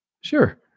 Sure